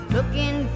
Looking